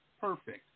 Perfect